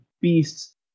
beasts